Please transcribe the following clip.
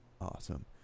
awesome